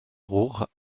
roure